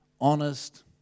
honest